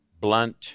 blunt